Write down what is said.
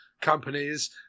companies